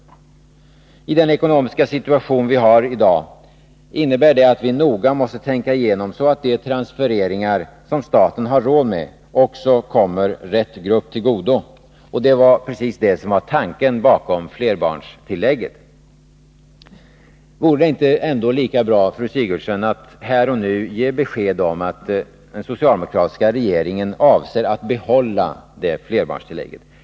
I den ekonomiska situation vi har i dag innebär det att vi noga måste tänka igenom de transfereringar som staten har råd med, så att dessa kommer rätt grupp till godo. Det var precis det som var tanken bakom flerbarnstillägget. Vore det ändå inte lika bra, fru Sigurdsen, att här och nu ge besked om att den socialdemokratiska regeringen avser att behålla flerbarnstillägget?